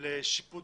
לשטח